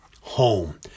home